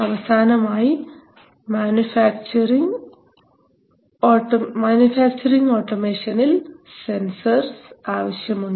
അവസാനമായി മാനുഫാക്ചറിങ് ഓട്ടോമേഷനിൽ സെൻസർസ് ആവശ്യമുണ്ട്